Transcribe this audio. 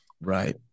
Right